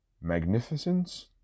Magnificence